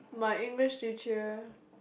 my English teacher